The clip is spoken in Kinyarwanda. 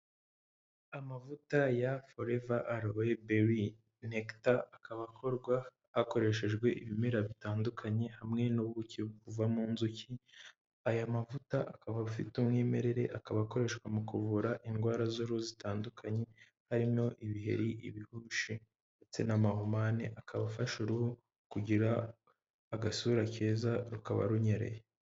Amavuta ya forever awe bery necta, akaba akorwa hakoreshejwe ibimera bitandukanye hamwe n'ubuki buva mu nzuki, aya mavuta akaba afite umwimerere, akaba akoreshwa mu kuvura indwara z'uruhu zitandukanye, harimo ibiheri, ibihushi ndetse n'amahumane. Akaba afasha uruhu kugira agasura keza rukaba runyereye.